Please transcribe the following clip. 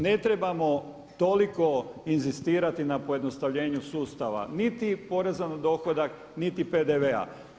Ne trebamo toliko inzistirati na pojednostavljenju sustava niti poreza na dohodak, niti PDV-a.